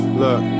look